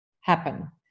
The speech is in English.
happen